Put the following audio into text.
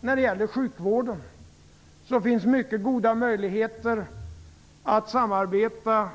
När det gäller sjukvården tror jag att det finns mycket goda möjligheter till samarbete